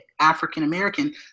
African-American